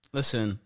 listen